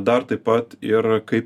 dar taip pat ir kaip